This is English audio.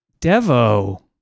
Devo